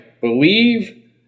believe